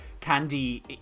Candy